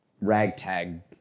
ragtag